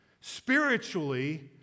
spiritually